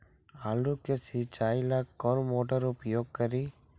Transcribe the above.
आलू के सिंचाई ला कौन मोटर उपयोग करी?